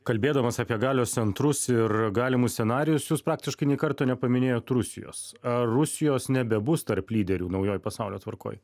kalbėdamas apie galios centrus ir galimus scenarijus jūs praktiškai nė karto nepaminėjot rusijos ar rusijos nebebus tarp lyderių naujoj pasaulio tvarkoj